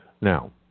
Now